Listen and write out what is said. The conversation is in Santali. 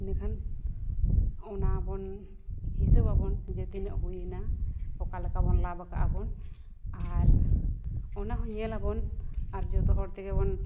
ᱤᱱᱟᱹ ᱠᱷᱟᱱ ᱚᱱᱟ ᱵᱚᱱ ᱦᱤᱥᱟᱹᱵᱽ ᱟᱵᱚᱱ ᱡᱮ ᱛᱤᱱᱟᱹᱜ ᱦᱩᱭᱮᱱᱟ ᱚᱠᱟ ᱞᱮᱠᱟ ᱵᱚᱱ ᱞᱟᱵᱷ ᱟᱠᱟᱫ ᱟᱵᱚᱱ ᱟᱨ ᱚᱱᱟᱦᱚᱸ ᱧᱮᱞ ᱟᱵᱚᱱ ᱟᱨ ᱡᱚᱛᱚ ᱦᱚᱲ ᱛᱮᱜᱮ ᱵᱚᱱ